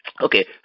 okay